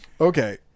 Okay